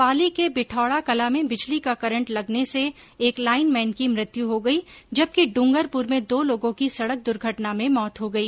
पाली के बिठौडाकलां में बिजली का करंट लगने से एक लाईनमैन की मृत्यू हो गई जबकि डूंगरपुर में दो लोगों की सड़क दूर्घटना में मौत हो गई